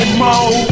more